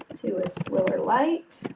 two is swiller light,